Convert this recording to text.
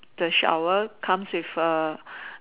the shower comes with A